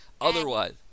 otherwise